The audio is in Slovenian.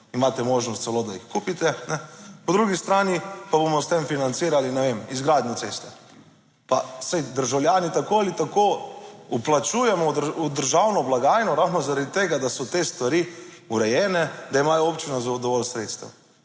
imate možnost celo, da jih kupite. Po drugi strani pa bomo s tem financirali, ne vem, izgradnjo ceste. Pa saj državljani tako ali tako vplačujemo v državno blagajno ravno zaradi tega, da so te stvari urejene, da ima občina dovolj sredstev.